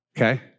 Okay